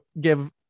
give